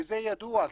וזה ידוע,